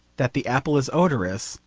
that the apple is odorous,